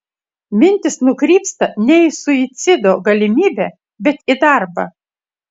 mintys nukrypsta ne į suicido galimybę bet į darbą